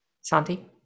Santi